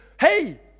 hey